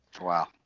Wow